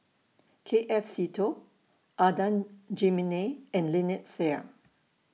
K F Seetoh Adan Jimenez and Lynnette Seah